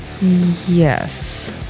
Yes